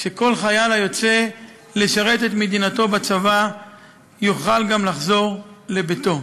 שכל חייל היוצא לשרת את מדינתו בצבא יוכל גם לחזור לביתו.